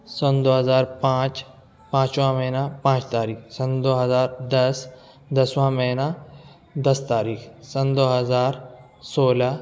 سن دو ہزار پانچ پانچواں مہینہ پانچ تاریخ سن دو ہزار دس دسواں مہینہ دس تاریخ سن دو ہزار سولہ